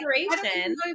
inspiration